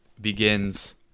begins